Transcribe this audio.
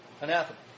anathema